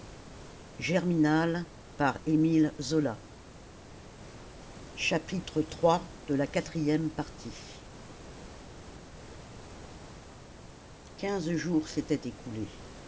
donnez de l'air iii quinze jours s'étaient écoulés